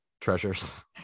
treasures